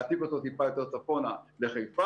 להעתיק אותו טיפה יותר צפונה לחיפה.